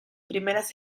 primeras